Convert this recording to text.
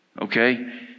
Okay